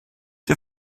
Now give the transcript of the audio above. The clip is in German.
der